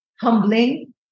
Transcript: humbling